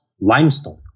limestone